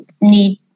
need